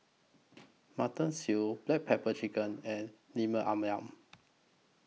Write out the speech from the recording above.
Mutton Stew Black Pepper Chicken and Lemper Ayam